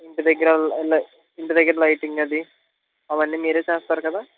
ఇంటి దగ్గర ల ఇంటి దగ్గర లైటింగ్ అది అవన్నీ మీరే చేస్తారు కదా